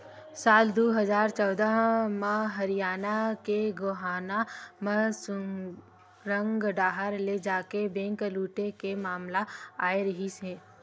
साल दू हजार चौदह म हरियाना के गोहाना म सुरंग डाहर ले जाके बेंक लूटे के मामला आए रिहिस हे